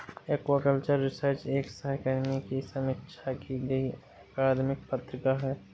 aquaculture Research एक सहकर्मी की समीक्षा की गई अकादमिक पत्रिका है